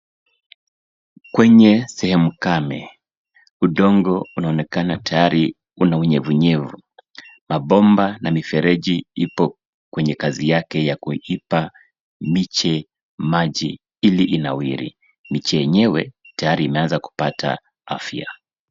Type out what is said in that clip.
Kwenye sehemu kame udongo unaonekana tayari una unyevunyevu. Mabomba na mifereji ipo kwenye kazi yake ya kuipa miche maji ili inawiri. Miti yenyewe tayari imepata afya.